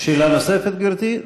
שאלה נוספת, גברתי?